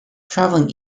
traveling